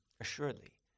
Assuredly